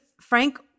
Frank